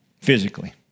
physically